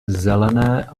zelené